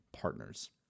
partners